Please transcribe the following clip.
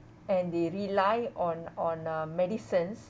and they rely on on uh medicines